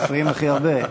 מפריעים הכי הרבה.